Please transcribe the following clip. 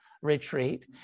retreat